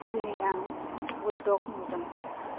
दिनै आं बुलदग नुदों